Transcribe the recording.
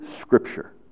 scripture